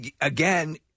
again